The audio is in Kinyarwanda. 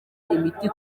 imiti